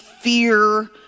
fear